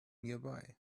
nearby